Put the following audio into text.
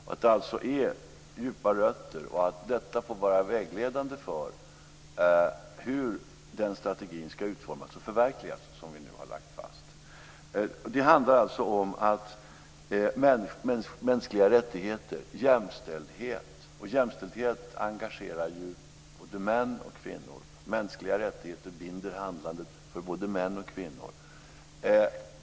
Det är alltså fråga om djupa rötter. Detta får vara vägledande för hur den strategi ska utformas och förverkligas som vi nu lagt fast. Det handlar alltså om mänskliga rättigheter och jämställdhet. Jämställdhet engagerar ju både män och kvinnor, och mänskliga rättigheter binder handlandet för både män och kvinnor.